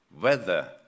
weather